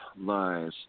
Lies